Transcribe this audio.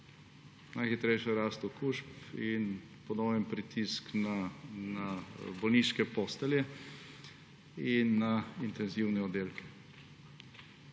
najhitrejšo rast okužb v Evropi in po novem pritisk na bolniške postelje in na intenzivne oddelke.